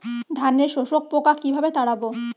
ধানে শোষক পোকা কিভাবে তাড়াব?